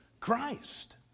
Christ